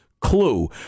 clue